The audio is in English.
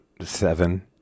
seven